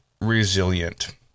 Resilient